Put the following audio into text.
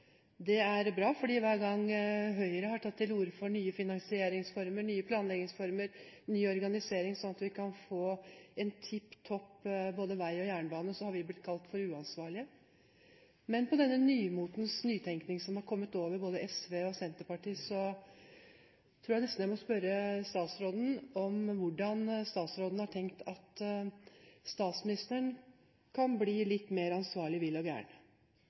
Det er bra, for hver gang Høyre har tatt til orde for nye finansieringsformer, nye planleggingsformer og ny organisering, slik at vi kan få tipp topp både vei og jernbane, har vi blitt kalt for uansvarlige. Men med denne nymotens nytenkning som har kommet over både SV og Senterpartiet, tror jeg nesten jeg må spørre statsråden om hvordan statsråden har tenkt at statsministeren kan bli litt mer ansvarlig, vill og